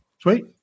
Sweet